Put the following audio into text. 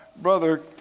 Brother